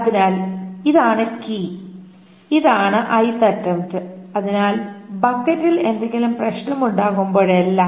അതിനാൽ ഇതാണ് കീ ഇതാണ് 'ith' അറ്റംപ്റ് അതിനാൽ ബക്കറ്റിൽ എന്തെങ്കിലും പ്രശ്നം ഉണ്ടാകുമ്പോഴെല്ലാം